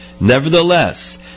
Nevertheless